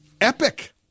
epic